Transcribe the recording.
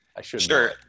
Sure